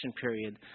period